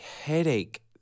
headache